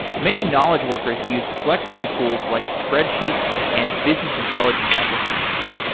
many knowledge workers use flexible tools like spreadsheets and business intelligence applications,